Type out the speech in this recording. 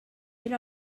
era